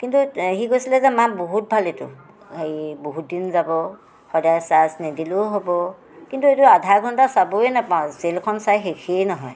কিন্তু এ সি কৈছিলে যে মা বহুত ভাল এইটো হেৰি বহুত দিন যাব সদায় চাৰ্জ নিদিলেও হ'ব কিন্তু এইটো আধা ঘণ্টা চাবই নেপাওঁ চিৰিয়েলখন চাই শেষেই নহয়